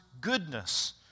goodness